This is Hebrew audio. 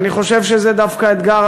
ואני חושב שזה דווקא אתגר,